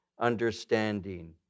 understanding